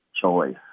choice